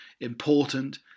important